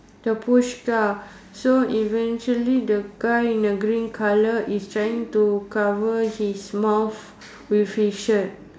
the push car so eventually the guy in the green colour is trying to cover his mouth with his shirt